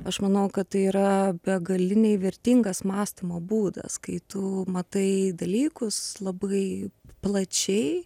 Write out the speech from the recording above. aš manau kad tai yra begaliniai vertingas mąstymo būdas kai tu matai dalykus labai plačiai